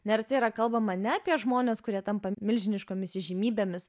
neretai yra kalbama ne apie žmones kurie tampa milžiniškomis įžymybėmis